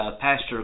Pastor